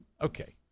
Okay